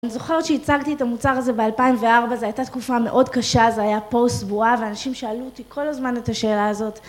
אני זוכרת שהצגתי את המוצר הזה ב-2004, זו הייתה תקופה מאוד קשה, זו הייתה פוסט בועה, ואנשים שאלו אותי כל הזמן את השאלה הזאת.